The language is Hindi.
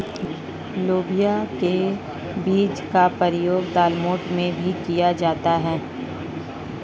लोबिया के बीज का प्रयोग दालमोठ में भी किया जाता है